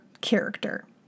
character